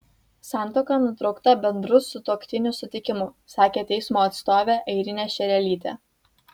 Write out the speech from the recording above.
santuoka nutraukta bendru sutuoktinių sutikimu sakė teismo atstovė airinė šerelytė